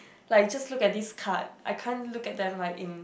like just look at these cards I can't look at them like in